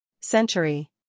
century